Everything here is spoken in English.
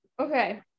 Okay